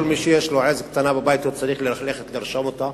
כל מי שיש לו עז קטנה בבית צריך ללכת לרשום אותה,